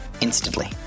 instantly